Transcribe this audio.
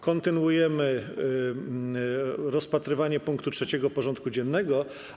Kontynuujemy rozpatrywanie punktu 3. porządku dziennego.